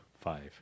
Five